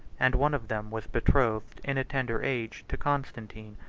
and one of them was betrothed, in a tender age, to constantine,